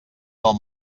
del